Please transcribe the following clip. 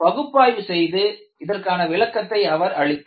பகுப்பாய்வு செய்து இதற்கான விளக்கத்தை அவர் அளித்தார்